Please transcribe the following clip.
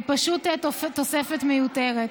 היא פשוט תוספת מיותרת.